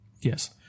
Yes